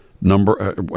number